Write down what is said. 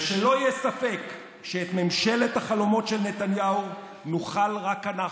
שלא יהיה ספק שאת ממשלת החלומות של נתניהו נוכל רק אנחנו,